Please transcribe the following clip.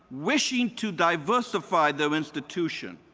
wishing to diversify their institutions?